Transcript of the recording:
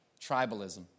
tribalism